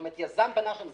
כלומר, יזם בנה שם.